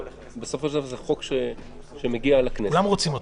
בסופו של דבר זה חוק שמגיע לכנסת --- כולם רוצים אותו,